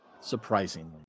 Surprisingly